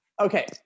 Okay